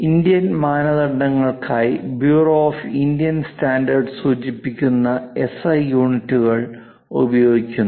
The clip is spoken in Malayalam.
ഇന്ത്യൻ മാനദണ്ഡങ്ങൾക്കായി ബ്യൂറോ ഓഫ് ഇന്ത്യൻ സ്റ്റാൻഡേർഡ്സ് സൂചിപ്പിക്കുന്ന എസ്ഐ യൂണിറ്റുകൾ ഉപയോഗിക്കുന്നു